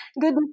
Good